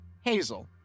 Hazel